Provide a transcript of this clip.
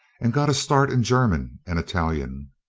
and got a start in german and italian.